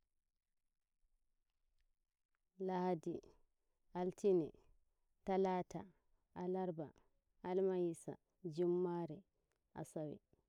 Laadi Altine Talaata Alarba Alhamisa Jummare Asawe